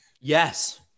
Yes